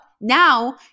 Now